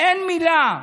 אין מילה,